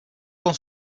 con